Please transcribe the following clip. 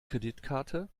kreditkarte